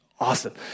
Awesome